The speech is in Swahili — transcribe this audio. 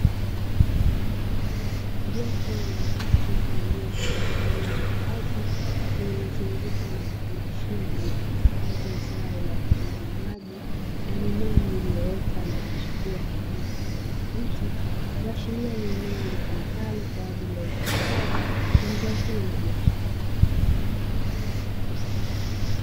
Jopo la watu walio katika eneo la wazi lililozungukwa na vifungashio vilivyo hifadhiwa zao la vitunguu maji na mimea iliyoota na kuchipua kwa rangi ya kijani kibichi, kuashiria ni eneo litumikalo kwa ajili ya uzalishaji wa zao hilo la biashara.